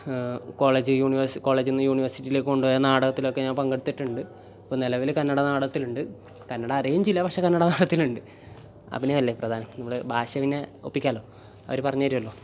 college യൂണിവേഴ്സ് കോളേജിൽ നിന്ന് യൂണിവേഴ്സിറ്റിയിലൊക്കെ കൊണ്ട് പോയ നാടകത്തിലൊക്കെ ഞാൻ പങ്കെടുത്തിട്ടുണ്ട് ഇപ്പം നിലവിൽ കന്നഡ നാടകത്തിലുണ്ട് കന്നഡ അറിയില്ല പക്ഷേ കന്നഡ നാടകത്തിലുണ്ട് അഭിനയമല്ലേ പ്രധാനം നമ്മൾ ഭാഷ പിന്നെ ഒപ്പിക്കാമല്ലോ അവർ പറഞ്ഞ് തരുമല്ലോ